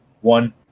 one